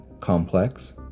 complex